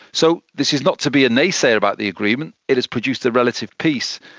so this is not to be a naysayer about the agreement, it has produced a relative peace,